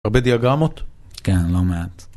הרבה דיאגרמות? כן, לא מעט.